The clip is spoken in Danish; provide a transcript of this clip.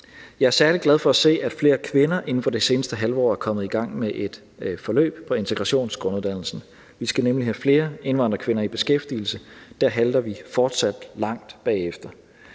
Jeg er særlig glad for at se, at flere kvinder inden for det seneste halve år er kommet i gang med et forløb på integrationsgrunduddannelsen, for vi skal nemlig have flere indvandrerkvinder i beskæftigelse, da vi der fortsat halter langt bagefter.